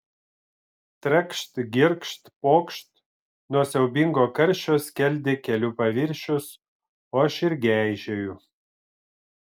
trakšt girgžt pokšt nuo siaubingo karščio skeldi kelių paviršius o aš irgi eižėju